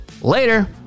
later